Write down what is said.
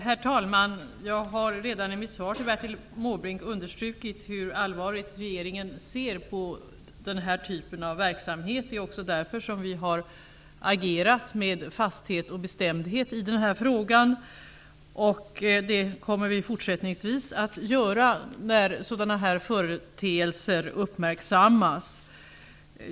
Herr talman! Jag har redan i mitt svar till Bertil Måbrink understrukit hur allvarligt regeringen ser på denna typ av verksamhet. Det är också därför vi har agerat med fasthet och bestämdhet i frågan. Det kommer vi att göra fortsättningsvis när sådana här företeelser uppmärksammas.